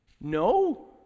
No